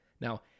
Now